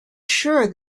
sure